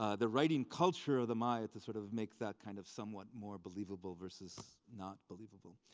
ah the writing culture of the maya to sort of make that kind of somewhat more believable versus not believable.